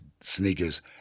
sneakers